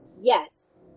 Yes